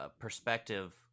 perspective